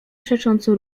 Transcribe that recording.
przecząco